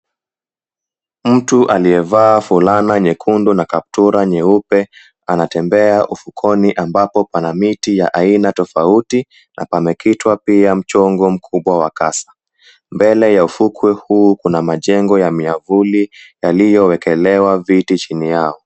Mtu aliyevaa fulana nyekundu na kaptura nyeupe anatembea ufukoni ambapo pana miti ya aina tofauti na pamekitwa pia mchongo mkubwa wa kasa. Mbele ya ufukwe huu kuna majengo ya miavuli yaliyoekelewa viti chini yao.